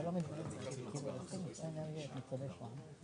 אין פה עיכוב תשלומים.